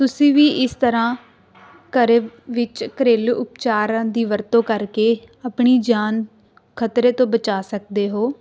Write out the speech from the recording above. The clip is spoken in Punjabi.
ਤੁਸੀਂ ਵੀ ਇਸ ਤਰ੍ਹਾਂ ਘਰ ਵਿੱਚ ਘਰੇਲੂ ਉਪਚਾਰਾਂ ਦੀ ਵਰਤੋਂ ਕਰਕੇ ਆਪਣੀ ਜਾਨ ਖਤਰੇ ਤੋਂ ਬਚਾ ਸਕਦੇ ਹੋ